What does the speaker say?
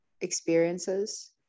experiences